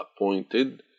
appointed